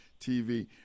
TV